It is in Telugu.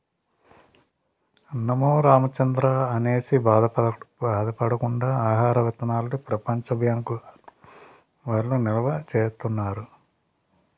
అన్నమో రామచంద్రా అనేసి బాధ పడకుండా ఆహార విత్తనాల్ని ప్రపంచ బ్యాంకు వౌళ్ళు నిలవా సేత్తన్నారు